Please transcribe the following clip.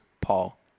Paul